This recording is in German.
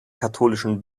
katholischen